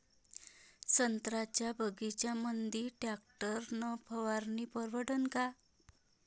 संत्र्याच्या बगीच्यामंदी टॅक्टर न फवारनी परवडन का?